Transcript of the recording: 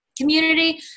community